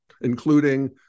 including